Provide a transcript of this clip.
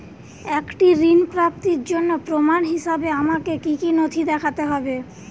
একটি ঋণ প্রাপ্তির জন্য প্রমাণ হিসাবে আমাকে কী কী নথি দেখাতে হবে?